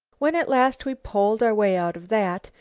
when at last we poled our way out of that,